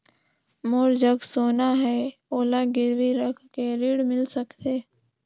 मोर जग सोना है ओला गिरवी रख के ऋण मिल सकथे?